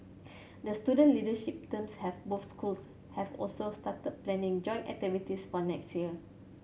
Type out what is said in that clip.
the student leadership terms have both schools have also started planning joint activities for next year